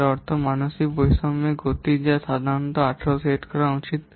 এর অর্থ হল মানসিক বৈষম্যের গতি যা সাধারণত 18 সেট করা উচিত